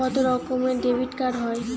কত রকমের ডেবিটকার্ড হয়?